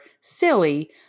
silly